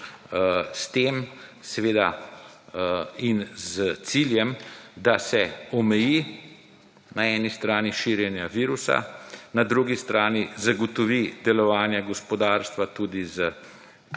S tem seveda in s ciljem, da se omeji na eni strani širjenje virusa, na drugi strani zagotovit delovanje gospodarstva tudi z dodatnimi